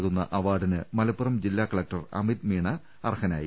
നൽകുന്ന അവാർഡിന് മലപ്പുറം ജില്ലാകലക്ടർ അമിത് മീണ അർഹനായി